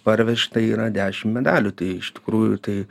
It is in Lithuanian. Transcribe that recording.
parvežta yra dešim medalių tai iš tikrųjų tai